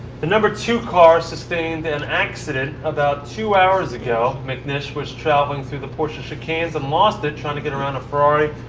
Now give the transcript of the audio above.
the number two car sustained an accident about two hours ago. mcnish was traveling through the porsche chicanes and lost it trying to get around a ferrari.